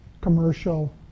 commercial